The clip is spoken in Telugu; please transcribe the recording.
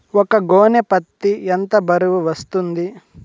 ఒక గోనె పత్తి ఎంత బరువు వస్తుంది?